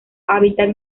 hábitat